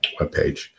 webpage